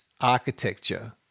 architecture